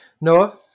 Noah